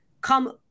come –